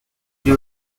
you